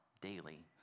daily